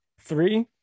Three